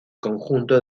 conjunto